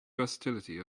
versatility